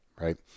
right